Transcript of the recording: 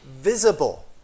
visible